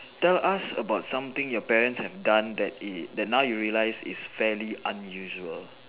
tell us about something your parent have done that it that now you realise is fairly unusual